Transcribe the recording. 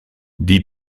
die